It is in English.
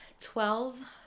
Twelve